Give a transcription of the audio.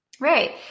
Right